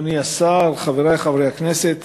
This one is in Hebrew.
אדוני השר, חברי חברי הכנסת,